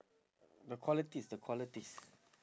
the qualities the qualities